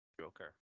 Joker